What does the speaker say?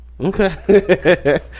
Okay